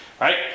right